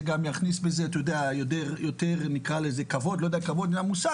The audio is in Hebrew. זה יכניס בזה גם יותר כבוד אני לא יודע אם כבוד זה המושג,